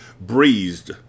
Breezed